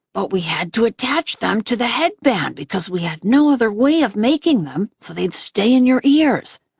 but we had to attach them to the headband because we had no other way of making them so they'd stay in your ears.